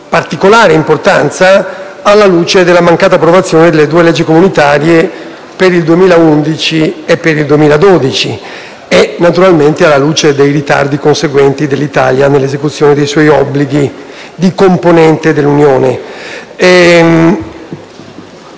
particolare importanza, alla luce della mancata approvazione delle due leggi comunitarie per il 2011 e il 2012 e, naturalmente, alla luce dei ritardi conseguenti dell'Italia nell'esecuzione dei suoi obblighi di componente dell'Unione.